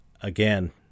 Again